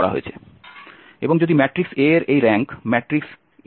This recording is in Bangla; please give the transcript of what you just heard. এবং যদি ম্যাট্রিক্স A এর এই র্যাঙ্ক ম্যাট্রিক্স A